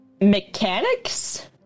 Mechanics